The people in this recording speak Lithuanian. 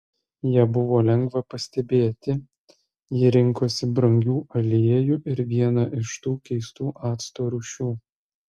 ją buvo lengva pastebėti ji rinkosi brangų aliejų ir vieną iš tų keistų acto rūšių